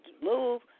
move